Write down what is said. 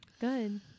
Good